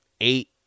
eight